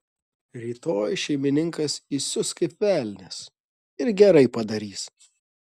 rytoj šeimininkas įsius kaip velnias ir gerai padarys